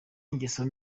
ingeso